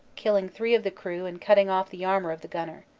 killing three of the crew and cutting off the arm of the gunner.